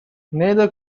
neither